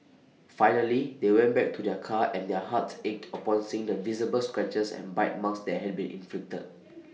finally they went back to their car and their hearts ached upon seeing the visible scratches and bite marks that had been inflicted